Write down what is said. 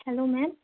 hello ma'am